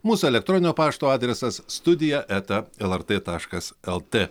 mūsų elektroninio pašto adresas studija eta lrt taškas lt